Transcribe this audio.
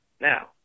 now